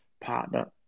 partner